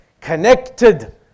connected